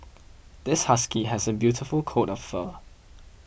this husky has a beautiful coat of fur